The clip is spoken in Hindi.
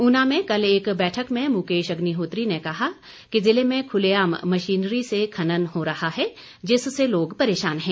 ऊना में कल एक बैठक में मुकेश अग्रिहोत्री ने कहा कि जिले में खुलेआम मशीनरी से खनन हो रहा है जिससे लोग परेशान हैं